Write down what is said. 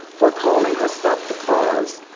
for calling herself the cause.